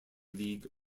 league